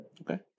Okay